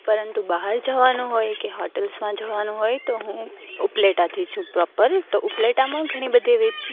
પરંતુ બહાર જવાનું હોય કે હોટલ્સમાં જવાનું હોય તો હું ઉપલેટાથી છું પ્રોપર તો ઉપલેટામાં ઘણી બધી એવી